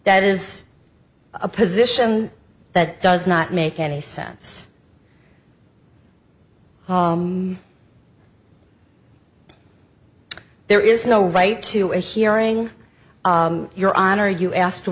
that is a position that does not make any sense there is no right to a hearing your honor you asked